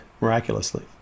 miraculously